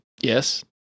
Yes